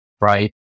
right